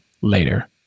later